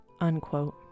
unquote